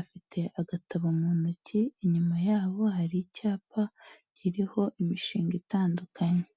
afite agatabo mu ntoki, inyuma yabo hari icyapa kiriho imishinga itandukanye.